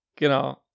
Genau